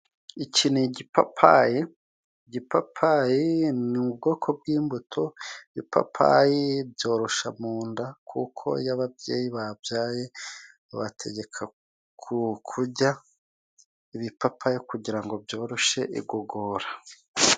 Iki ni igipapayi. igipapayi ni ubwoko bw'imbuto, ipapayi byorosha mu nda kuko iyo ababyeyi babyaye bategeka ku... kurya ibipapayi kugira ngo byoroshe igogora.